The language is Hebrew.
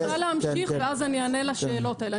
אני רוצה להמשיך ואז אני אענה על השאלות האלה.